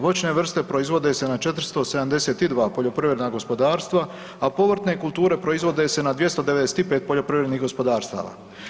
Voćne vrste proizvode se na 472 poljoprivredna gospodarstva, a povrtne kulture proizvode se na 295 poljoprivrednih gospodarstava.